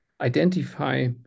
identify